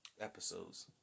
episodes